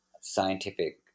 scientific